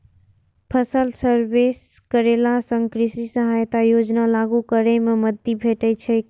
फसल सर्वे करेला सं कृषि सहायता योजना लागू करै मे मदति भेटैत छैक